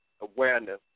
awareness